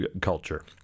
culture